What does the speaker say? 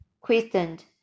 questioned